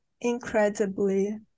incredibly